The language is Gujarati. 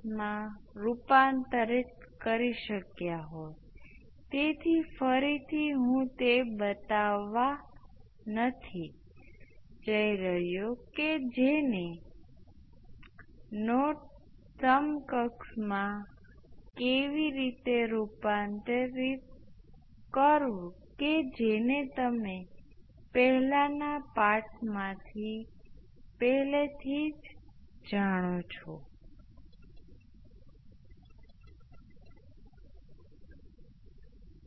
તેથી આ તમે ગણતરી કરી શકો છો અને ફરીથી કેપેસિટરની જેમ જ જ્યારે આપણે સ્ટેપ આપ્યું ત્યારે કિર્ચોફનો કરંટનો નિયમ તે ક્ષણે લાગુ કર્યો ત્યારે આપણે અવરોધને અવગણી શકીએ છીએ કારણ કે જો તમારી પાસે કેપેસિટરમાં અનંત વિદ્યુત પ્રવાહ હોય અને અવરોધ માં મર્યાદિત વિદ્યુત પ્રવાહ હોય તો અવરોધ કંઈ ફાળો આપશે નહીં અને આપણે એને અવગણી